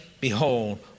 Behold